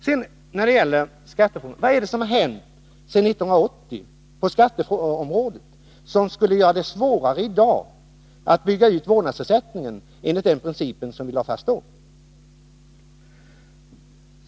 Vad är det då som har hänt sedan 1980 på skatteområdet som skulle göra det svårare att i dag bygga ut vårdnadsersättningen enligt den princip som vi då lade fast?